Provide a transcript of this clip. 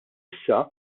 issa